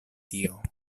tio